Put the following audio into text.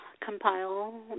compile